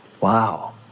Wow